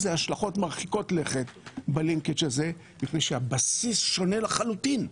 הזה השלכות מרחיקות לכת מפני שהבסיס שונה לחלוטין.